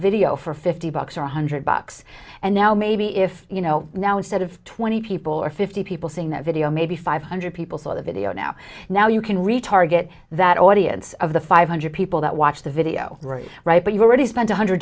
video for fifty bucks or a hundred bucks and now maybe if you know now instead of twenty people or fifty people seeing that video maybe five hundred people saw the video now now you can retarget that audience of the five hundred people that watch the video right but you've already spent a hundred